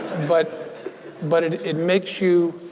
but but it it makes you,